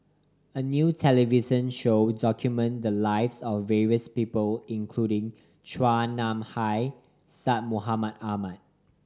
a new television show documented the lives of various people including Chua Nam Hai Syed Mohamed Ahmed